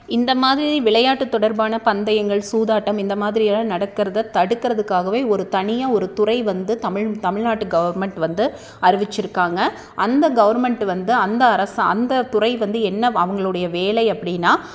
இந்த மாதிரி விளையாட்டு தொடர்பான பந்தயங்கள் சூதாட்டம் இந்த மாதிரி எல்லாம் நடக்கிறத தடுக்கிறதுக்காகவே ஒரு தனியாக ஒரு துறை வந்து தமிழ் தமிழ்நாட்டு கவர்மெண்ட்டு வந்து அறிவிச்சுருக்காங்க அந்த கவர்மெண்டு வந்து அந்த அரசு அந்த துறை வந்து என்ன அவங்களுடைய வேலை அப்படினா